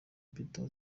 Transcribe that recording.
peter